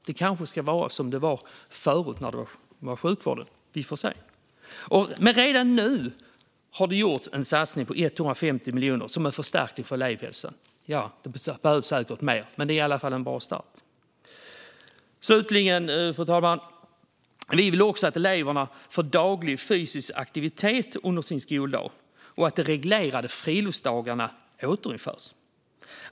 Det kanske ska vara som det var förut, när det var sjukvården som hade det. Vi får se. Men redan nu har det gjorts en satsning på 150 miljoner som en förstärkning till elevhälsan. Det behövs säkert mer, men det är i alla fall en bra start. Fru talman! Slutligen vill vi också att eleverna får daglig fysisk aktivitet under sin skoldag och att de reglerade friluftsdagarna återinförs.